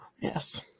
Yes